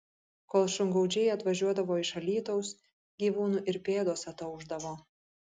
kol šungaudžiai atvažiuodavo iš alytaus gyvūnų ir pėdos ataušdavo